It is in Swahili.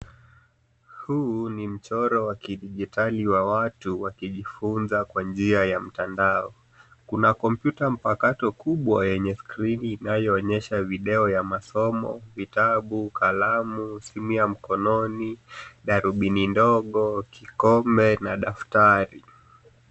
Huu ni mchoro wa kidijitali wa watu wakijifunza kwa njia ya mtandao. Kuna kompyuta ya mpakato kubwa yenye skrini inayoonyesha video ya masomo vitabu, kalamu, simu ya mkononi, darubini ndogo, kikombe na daftari.